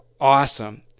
awesome